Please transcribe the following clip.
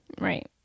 right